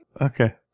Okay